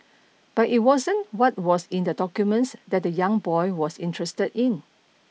but it wasn't what was in the documents that the young boy was interested in